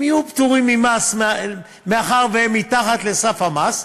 הם יהיו פטורים ממס מאחר שהם מתחת לסף המס,